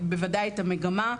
בוודאי את המגמה.